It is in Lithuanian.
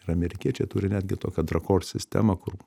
ir amerikiečiai turi netgi tokią drakor sistemą kur